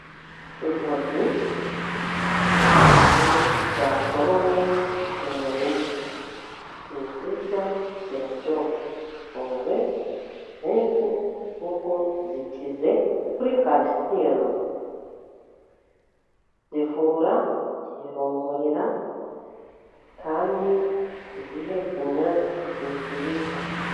Intoryi nyinshi zasoromwe mu murima, ni nziza ziraryoha, zikunzwe na benshi, zikize kuri karisiyumu, zivura ikirungurira, kandi kuzihekenya ni nziza.